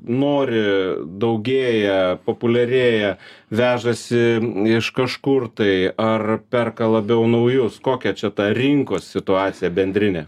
nori daugėja populiarėja vežasi iš kažkur tai ar perka labiau naujus kokia čia ta rinkos situacija bendrinė